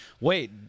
Wait